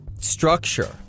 structure